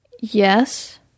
Yes